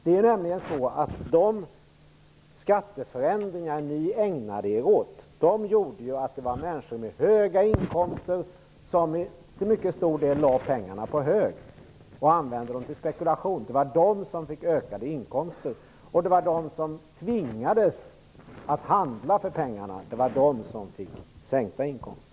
De skatteförändringar som ni ägnade er åt gjorde ju att människor med höga inkomster till mycket stor del lade pengarna på hög och använde dem för spekulation. De människorna fick ökade inkomster. De som tvingades handla med pengarna fick sänkta inkomster.